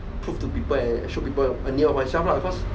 prove to people and and show to people a mirror of myself lah cause